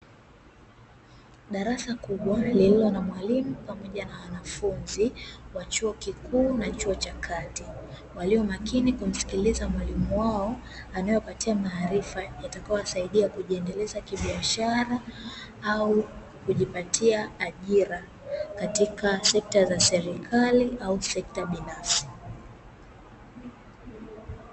Darasa kubwa lililo na mwalimu pamoja wanafunzi wa chuo kikuu na kati walio maliza, waliokaa kwa makini kwaajili ya kumsikiliza mwalimu wao, anae wapatia maharifa yatakayo wasaidia kujiendeleza kibiashara au kujipatia ajira katika sekta ya serikali au sekita binafsi.